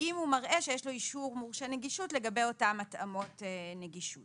אם הוא מראה שיש לו אישור מורשה נגישות לגבי אותן התאמות נגישות.